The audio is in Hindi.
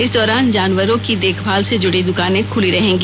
इस दौरान जानवरों की देखभाल से जुड़ी दुकानें खुली रहेंगी